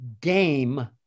game